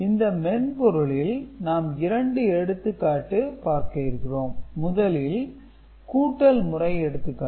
இந்த மென்பொருளில் நாம் இரண்டு எடுத்துக்காட்டு பார்க்க இருக்கிறோம் முதலில் கூட்டல் முறை எடுத்துக்காட்டு